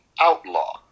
Outlaw